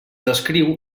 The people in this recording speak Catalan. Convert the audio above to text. escriu